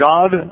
God